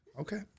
Okay